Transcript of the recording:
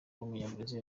w’umunyabrazil